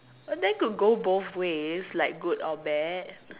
or that could be go both ways like good or bad